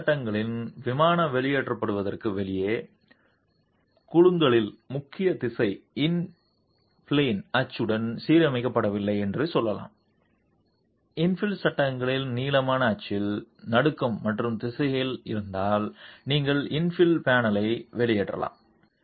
infill சட்டங்களின் விமானம் வெளியேற்றப்படுவதற்கு வெளியே குலுக்கலின் முக்கிய திசை இன் பிளேன் அச்சுடன் சீரமைக்கப்படவில்லை என்று சொல்லலாம் இன்ஃபில் சட்டங்களின் நீளமான அச்சில் நடுக்கம் மற்ற திசையில் இருந்தால் நீங்கள் இன்ஃபில் பேனலை வெளியேற்றலாம்